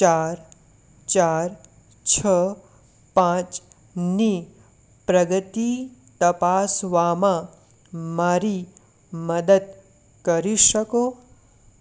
ચાર ચાર છ પાંચ ની પ્રગતિ તપાસવામાં મારી મદદ કરી શકો